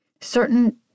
certain